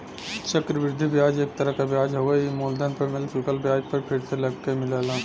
चक्र वृद्धि ब्याज एक तरह क ब्याज हउवे ई मूलधन पर मिल चुकल ब्याज पर फिर से लगके मिलेला